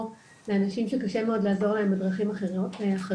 לאנשים שקשה מאוד לעזור להם בדרכים אחרות.